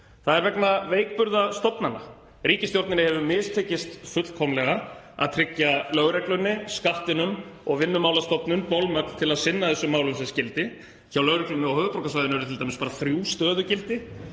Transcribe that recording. Það er vegna veikburða stofnana. Ríkisstjórninni hefur mistekist fullkomlega að tryggja lögreglunni, Skattinum og Vinnumálastofnun bolmagn til að sinna þessum málum sem skyldi. Hjá lögreglunni á höfuðborgarsvæðinu eru t.d. bara þrjú stöðugildi